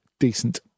Decent